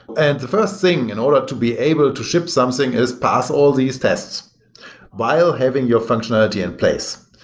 and the first thing in order to be able to ship something is pass all these tests while having your functionality in place.